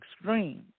extreme